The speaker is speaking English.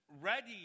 ready